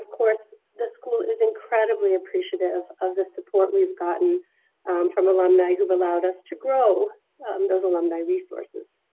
course the school is incredibly appreciative of the support we've gotten from alumni who've allowed us to grow those alumni resources.